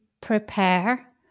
prepare